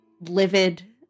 livid